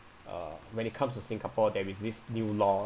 uh when it comes to singapore there is this new law